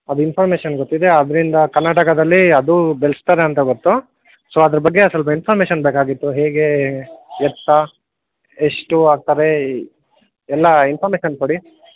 ಅದು ಇನ್ಫೋರ್ಮೇಷನ್ ಗೊತ್ತಿದೆ ಅದರಿಂದ ಕರ್ನಾಟಕದಲ್ಲಿ ಅದು ಬೆಳೆಸ್ತಾರೆ ಅಂತ ಗೊತ್ತು ಸೊ ಅದರ ಬಗ್ಗೆ ಸ್ವಲ್ಪ ಇನ್ಫೋರ್ಮೇಷನ್ ಬೇಕಾಗಿತ್ತು ಹೇಗೆ ಎತ್ತ ಎಷ್ಟು ಆ ಥರ ಎಲ್ಲ ಇನ್ಫೋರ್ಮೇಷನ್ ಕೊಡಿ